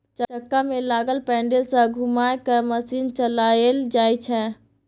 चक्का में लागल पैडिल सँ घुमा कय मशीन चलाएल जाइ छै